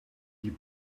you